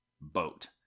boat